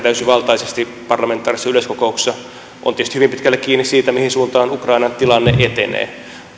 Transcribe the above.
täysivaltaisesti parlamentaarisessa yleiskokouksessa on tietysti hyvin pitkälle kiinni siitä mihin suuntaan ukrainan tilanne etenee